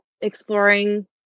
exploring